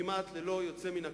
כמעט ללא יוצא מן הכלל,